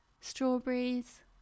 strawberries